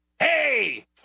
hey